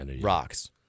rocks